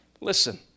Listen